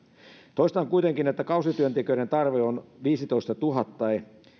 toistan kuitenkin että kausityöntekijöiden tarve on viisitoistatuhatta